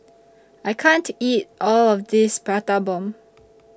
I can't eat All of This Prata Bomb